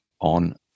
on